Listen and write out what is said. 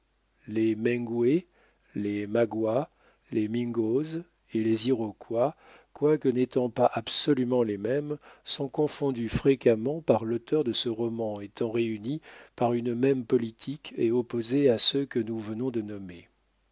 les mengwe les maguas les mingoes et les iroquois quoique n'étant pas absolument les mêmes sont confondus fréquemment par l'auteur de ce roman étant réunis par une même politique et opposés à ceux que nous venons de nommer